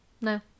No